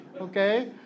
Okay